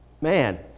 Man